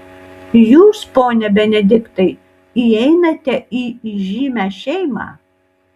jūs pone benediktai įeinate į įžymią šeimą